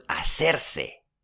hacerse